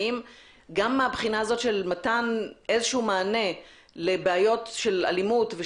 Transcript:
גם מהבחינה של מתן מענה לבעיות אלימות,